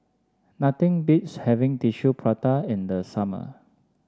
nothing beats having Tissue Prata in the summer